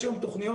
יש היום תוכניות,